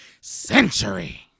century